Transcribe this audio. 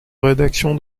rédaction